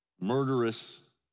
murderous